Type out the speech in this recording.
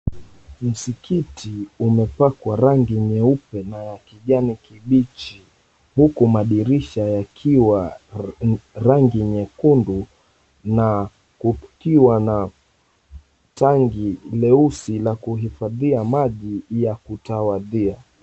Msikiti umepakwa rangi nyeupe na ya kijani kibichi huku madirisha yakiwa rangi nyekundu na kukiwa na tangi leusi la kuhifadhia maji ya kutawadhia.